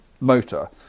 motor